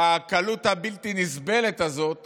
בקלות הבלתי-נסבלת הזאת